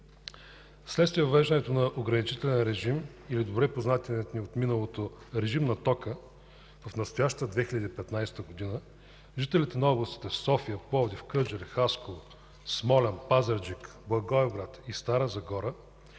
Вследствие въвеждането на ограничителен режим или добре познатия ни от миналото „режим на тока” в настоящата 2015 г., жителите на областите София, Пловдив, Кърджали, Хасково, Смолян, Пазарджик, Благоевград и Стара Загора